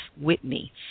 Whitney